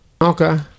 Okay